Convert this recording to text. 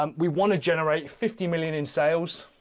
um we want to generate fifty million in sales.